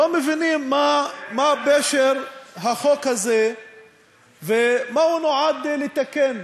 לא מבינים מה פשר החוק הזה ומה הוא נועד לתקן.